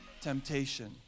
temptation